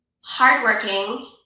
hardworking